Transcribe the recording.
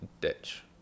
ditch